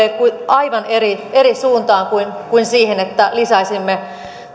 vie aivan eri eri suuntaan kuin kuin siihen että lisäisimme